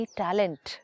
talent